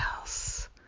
else